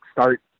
start